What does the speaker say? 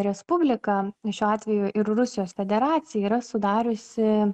respublika šiuo atveju ir rusijos federacija yra sudariusi